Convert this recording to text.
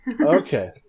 Okay